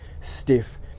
stiff